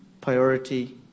Priority